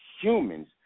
humans